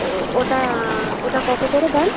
ও ওটা ওটা কতো করে দাম